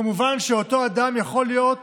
כמובן שאותו אדם יכול להיות